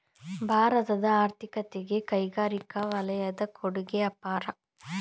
ಭಾರತದ ಆರ್ಥಿಕತೆಗೆ ಕೈಗಾರಿಕಾ ವಲಯದ ಕೊಡುಗೆ ಅಪಾರ